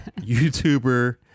YouTuber